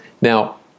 Now